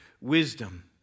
wisdom